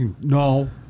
No